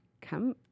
come